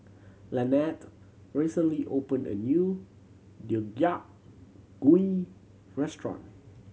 Lanette recently opened a new Deodeok Gui restaurant